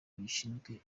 gishinzwe